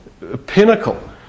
pinnacle